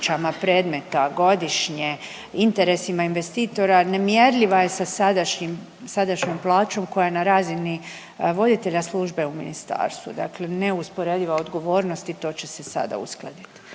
predmeta godišnje interesima investitora nemjerljiva je sa sadašnjim, sadašnjom plaćom koja je na razini voditelja službe u ministarstvu, dakle neusporediva odgovornost i to će se sada uskladit.